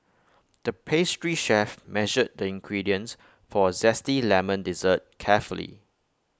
the pastry chef measured the ingredients for A Zesty Lemon Dessert carefully